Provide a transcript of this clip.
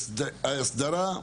ההסדרה,